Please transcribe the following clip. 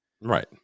right